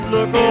Look